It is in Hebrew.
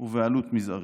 ובעלות מזערית.